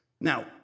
Now